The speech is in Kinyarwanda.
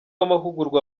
amahugurwa